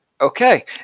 Okay